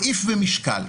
סעיף ומשקל.